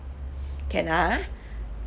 can ha